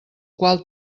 qual